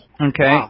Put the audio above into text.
Okay